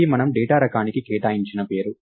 ఇది మనము డేటా రకానికి కేటాయించిన పేరు